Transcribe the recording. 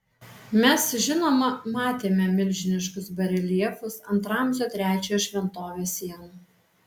mes žinoma matėme milžiniškus bareljefus ant ramzio trečiojo šventovės sienų